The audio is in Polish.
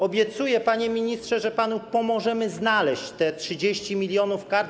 Obiecuję, panie ministrze, że panu pomożemy znaleźć te 30 mln kart.